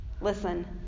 listen